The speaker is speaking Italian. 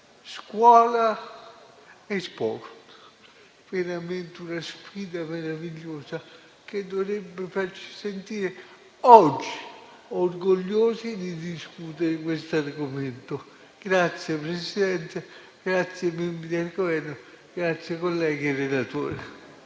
scuola e sport. È davvero una sfida meravigliosa che dovrebbe farci sentire oggi orgogliosi di discutere questo argomento. Ringrazio il Presidente, i membri del Governo, i colleghi e il relatore.